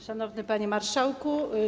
Szanowny Panie Marszałku!